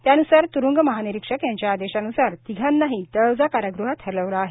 त्यानुसार त्रुंग महानिरीक्षक यांच्या आदेशान्सार तिघांनाही तळोजा कारागृहात हलविलं आहे